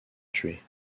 tués